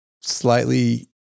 slightly